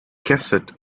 cassette